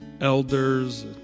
elders